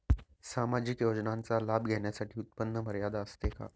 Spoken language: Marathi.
सामाजिक योजनांचा लाभ घेण्यासाठी उत्पन्न मर्यादा असते का?